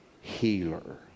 healer